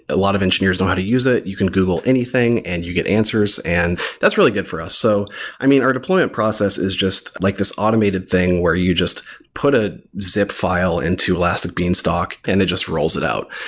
a lot of engineers know how to use it. you can google anything and you get answers, and that's really good for us. so i mean, our deployment process is just like this automated thing where you just put a zip file into elastic beanstalk and it just rolls it out,